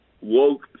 woke